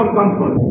comfort